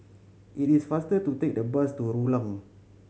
it is faster to take the bus to Rulang